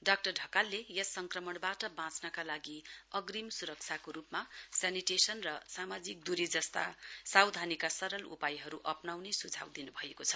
doctor ढकालले यस संक्रमणवाट बाँच्नका लागि अग्रिम सुरक्षाको रुपमा सेनिटेशन र सामाजिक दूरी जस्ता सावधानीका सरल उपायहरु अप्नाउने सुझाव दिनुभएको छ